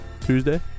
Tuesday